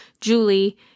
Julie